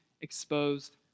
exposed